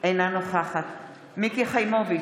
אינה נוכחת מיקי חיימוביץ'